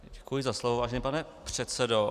Děkuji za slovo, vážený pane předsedo.